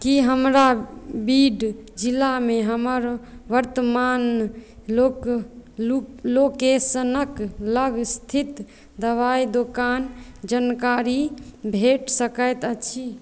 की हमरा बीड जिलामे हमर वर्तमान लोकेशनक लग स्थित दवाइ दोकान जनकारी भेट सकैत अछि